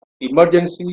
emergency